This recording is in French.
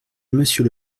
monsieur